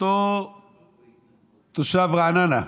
אותו תושב רעננה,